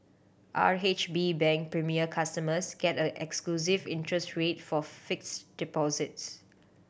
R H B Bank Premier customers get a exclusive interest rate for fixed deposits